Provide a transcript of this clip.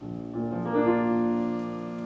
or